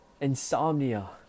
insomnia